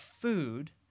food